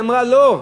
היא אמרה: לא,